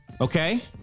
Okay